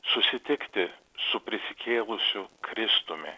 susitikti su prisikėlusiu kristumi